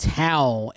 towel